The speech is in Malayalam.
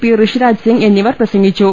പി ഋഷിരാജ് സിങ് എന്നിവർ പ്രസഗിച്ചു